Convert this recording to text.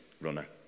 runner